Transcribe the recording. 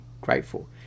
grateful